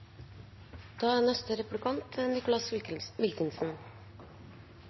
Da er det oppklart. Representanten Nicholas Wilkinson